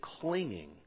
clinging